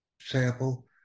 sample